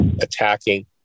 attacking